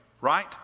right